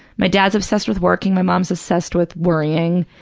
my dad's obsessed with working. my mom's obsessed with worrying.